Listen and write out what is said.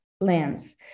lands